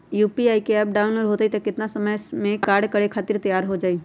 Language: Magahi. यू.पी.आई एप्प डाउनलोड होई त कितना समय मे कार्य करे खातीर तैयार हो जाई?